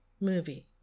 movie